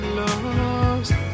lost